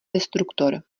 destruktor